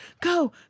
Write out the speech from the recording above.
go